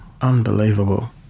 unbelievable